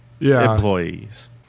employees